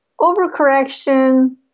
overcorrection